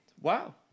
Wow